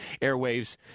airwaves